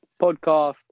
podcast